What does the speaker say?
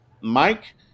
Mike